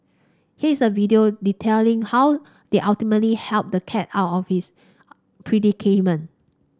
here is the video detailing how they ultimately helped the cat out of office predicament